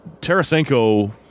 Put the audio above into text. Tarasenko